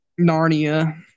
Narnia